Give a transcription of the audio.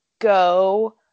go